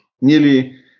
nearly